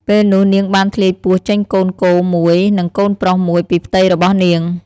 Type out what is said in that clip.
ពេលនោះនាងបានធ្លាយពោះចេញកូនគោមួយនិងកូនប្រុសមួយពីផ្ទៃរបស់នាង ។